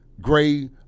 Gray